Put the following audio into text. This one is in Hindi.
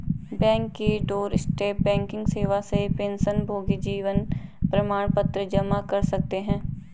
बैंक की डोरस्टेप बैंकिंग सेवा से पेंशनभोगी जीवन प्रमाण पत्र जमा कर सकते हैं